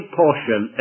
portion